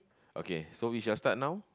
okay so we shall start now